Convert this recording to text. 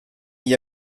n’y